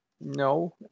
no